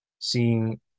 seeing